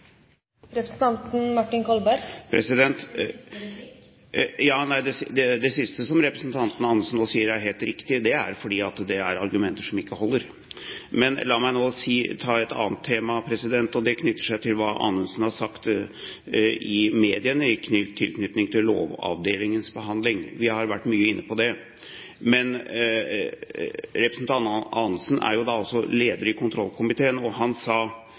representanten Kolberg vil være fornøyd med mine svar. Det siste representanten Anundsen nå sier, er helt riktig. Det er fordi det er argumenter som ikke holder. Men la meg nå ta et annet tema: Det knytter seg til hva Anundsen har sagt i mediene i tilknytning til Lovavdelingens behandling. Vi har vært mye inne på det. Representanten Anundsen er også leder i kontrollkomiteen, og han sa: